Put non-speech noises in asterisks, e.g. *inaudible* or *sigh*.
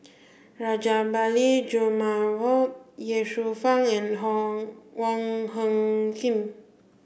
Rajabali Jumabhoy Ye Shufang and *unintelligible* Wong Hung Khim